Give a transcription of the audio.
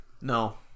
No